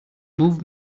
move